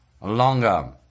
longer